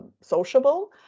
sociable